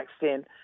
extent